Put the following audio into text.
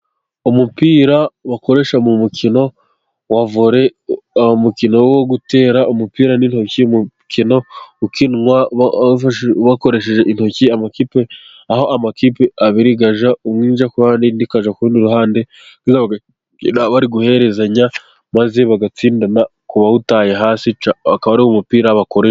Umupira bakoresha mu mukino wa vore, umukino wo gutera umupira n'intoki, umukino ukinwa bakoresheje intoki, amakipe aho amakipe abiri ajya rimwe rijya ku ruhande irindi ku rundi ruhande, bari guherezanya maze bagatsindana ku bawutaye hasi bakaba ari umupira bakoresha.